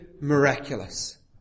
miraculous